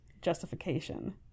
justification